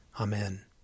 Amen